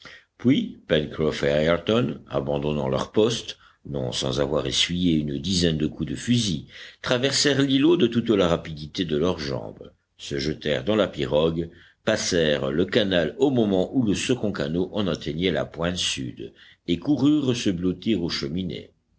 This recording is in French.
ayrton abandonnant leur poste non sans avoir essuyé une dizaine de coups de fusil traversèrent l'îlot de toute la rapidité de leurs jambes se jetèrent dans la pirogue passèrent le canal au moment où le second canot en atteignait la pointe sud et coururent se blottir aux cheminées